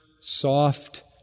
soft